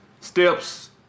steps